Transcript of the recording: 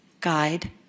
guide